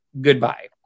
Goodbye